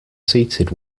seated